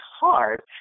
hard